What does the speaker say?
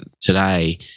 today